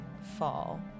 fall